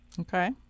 Okay